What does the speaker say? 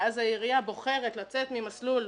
ואז העירייה בוחרת לצאת ממסלול,